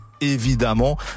évidemment